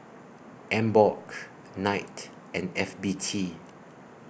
Emborg Knight and F B T